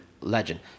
legend